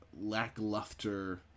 lackluster